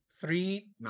Three